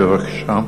בבקשה.